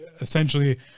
essentially